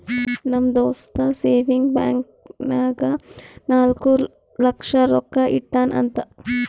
ನಮ್ ದೋಸ್ತ savings bank ನಾಗ್ ನಾಲ್ಕ ಲಕ್ಷ ರೊಕ್ಕಾ ಇಟ್ಟಾನ್ ಅಂತ್